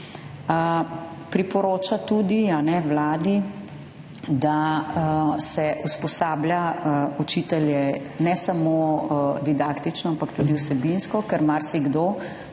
priporoča, da se usposablja učitelje ne samo didaktično, ampak tudi vsebinsko, ker ima tudi